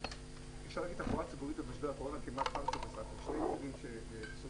אפשר להגיד תחבורה ציבורית במשבר הקורונה כמעט --- קשיים רבים שצצים.